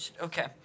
Okay